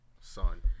son